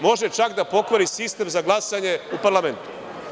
Može čak da pokvari sistem za glasanje u parlamentu.